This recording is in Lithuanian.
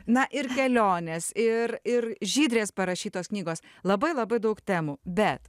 na ir kelionės ir ir žydrės parašytos knygos labai labai daug temų bet